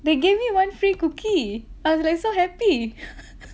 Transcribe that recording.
they gave me one free cookie I was like so happy